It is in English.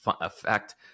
effect